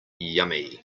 yummy